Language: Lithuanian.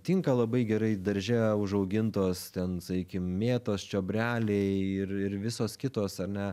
tinka labai gerai darže užaugintos ten sakykim mėtos čiobreliai ir ir visos kitos ar ne